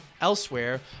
Elsewhere